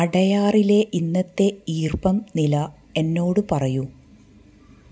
അടയാറിലെ ഇന്നത്തെ ഈർപ്പം നില എന്നോട് പറയൂ